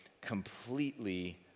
completely